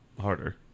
Harder